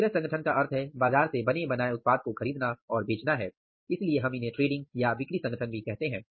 बिक्री संगठन का अर्थ है बाजार से बने बनाए उत्पाद को खरीदना और बेचना है इसलिए हम इन्हें ट्रेडिंग या बिक्री संगठन भी कहते हैं